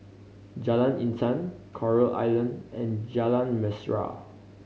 Jalan Intan Coral Island and Jalan Mesra